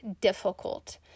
difficult